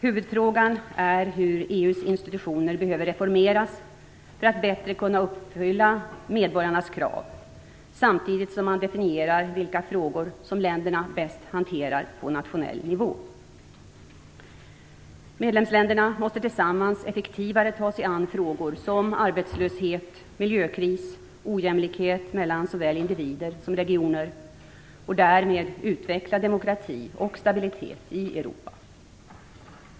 Huvudfrågan är hur EU:s institutioner behöver reformeras för att bättre kunna uppfylla medborgarnas krav, samtidigt som man definierar vilka frågor som länderna bäst hanterar på nationell nivå. Medlemsländerna måste tillsammans effektivare ta sig an frågor som arbetslöshet, miljökris, ojämlikhet mellan såväl individer som regioner och därmed utveckla demokrati och stabilitet i Europa.